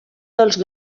dels